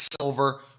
silver